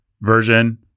version